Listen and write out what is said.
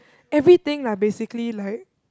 everything lah basically like